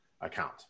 account